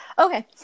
Okay